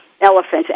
elephants